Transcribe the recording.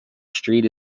street